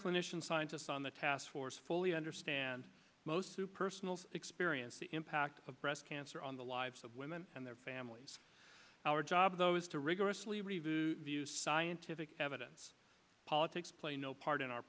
clinician scientists on the taskforce fully understand most to personal experience the impact of breast cancer on the lives of women and their families our job though is to rigorously review views scientific evidence politics play no part in our